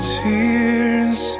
tears